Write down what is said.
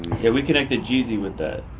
yeah, we connected jeezy with that.